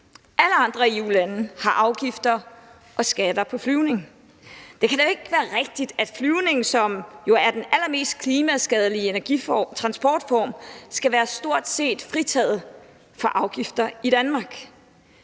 Alle andre EU-lande har afgifter og skatter på flyvning. Det kan da ikke være rigtigt, at flyvning, som jo er den allermest klimaskadelige transportform, skal være stort set fritaget for afgifter i Danmark.